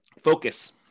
Focus